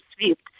SWIFT